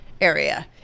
area